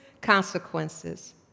consequences